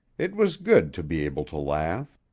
it was good to be able to laugh.